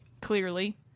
clearly